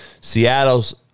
Seattle's